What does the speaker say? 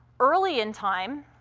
early in time,